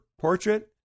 portrait